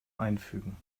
einfügen